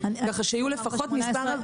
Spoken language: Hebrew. כך שיהיו לפחות מספר הגשות.